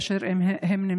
באשר הם נמצאים.